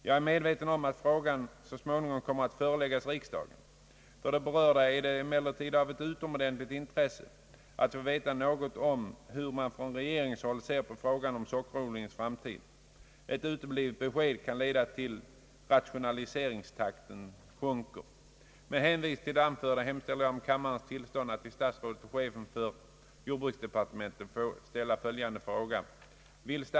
Jag är medveten om att frågan så småningom kommer att föreläggas riksdagen. För de berörda är det emellertid av ett utomordentligt intresse att få veta något om hur man från regeringshåll ser på frågan om sockerodlingens framtid. Ett uteblivet besked kan leda till att rationaliseringstakten sjunker. Med hänvisning till det anförda hemställes om kammarens tillstånd att till statsrådet och chefen för jordbruksdepartementet få ställa följande fråga: